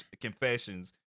confessions